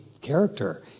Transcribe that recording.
character